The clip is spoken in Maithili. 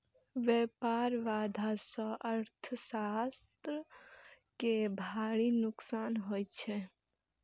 व्यापार बाधा सं अर्थव्यवस्था कें भारी नुकसान होइ छै